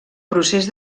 procés